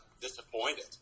disappointed